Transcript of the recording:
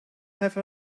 have